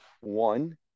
one